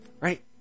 right